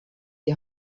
die